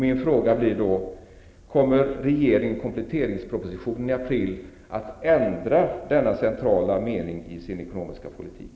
Min fråga är: Kommer regeringen i kompletteringspropositionen i april att ändra denna centrala mening i sin ekonomiska politik?